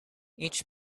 each